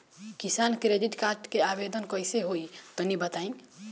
किसान credit card के आवेदन कईसे होई तनि बताई?